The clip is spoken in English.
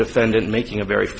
defendant making a very